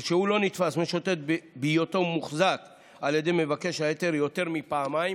הוא לא נתפס משוטט בהיותו מוחזק על ידי מבקש ההיתר יותר מפעמיים